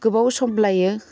गोबाव सम लायो